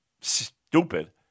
stupid